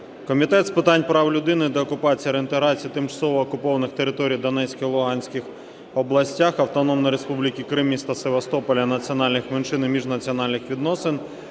Комітет з питань прав людини, деокупації та реінтеграції тимчасово окупованих територій у Донецькій, Луганській областях, Автономної Республіки Крим, міста Севастополя, національних меншин і міжнаціональних відносин